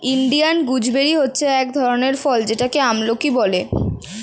Indian gooseberry হচ্ছে এক ধরনের ফল যেটাকে আমলকি বলে